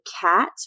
cat